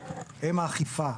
הם האכיפה,